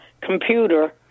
computer